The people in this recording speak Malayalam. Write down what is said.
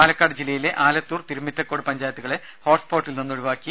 പാലക്കാട് ജില്ലയിലെ ആലത്തൂർ തിരുമിറ്റക്കോട് പഞ്ചായത്തുകളെ ഹോട്ടസ്പോട്ടിൽ നിന്ന് ഒഴിവാക്കി